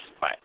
Bye